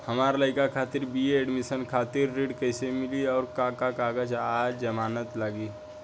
हमार लइका खातिर बी.ए एडमिशन खातिर ऋण कइसे मिली और का का कागज आ जमानत लागी?